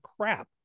crap